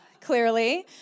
clearly